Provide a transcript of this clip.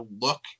look